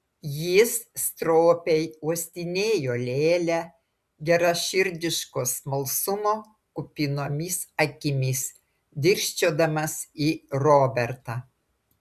jis stropiai uostinėjo lėlę geraširdiško smalsumo kupinomis akimis dirsčiodamas į robertą